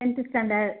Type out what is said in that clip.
tenth standard